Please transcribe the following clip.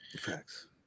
Facts